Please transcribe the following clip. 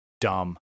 dumb